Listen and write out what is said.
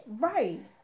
Right